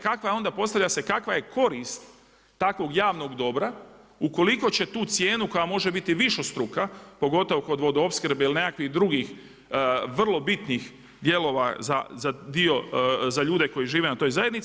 Kakva je onda, postavlja se kakva je korist takvog javnog dobra ukoliko će tu cijenu koja može biti višestruka pogotovo kod vodoopskrbe ili nekakvih drugih vrlo bitnih dijelova za dio, za ljude koji žive na toj zajednici.